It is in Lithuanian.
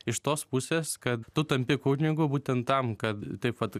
iš tos pusės kad tu tampi kunigu būtent tam kad taip vat